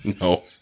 no